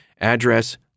address